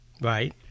Right